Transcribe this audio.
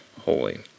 holy